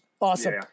Awesome